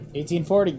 1840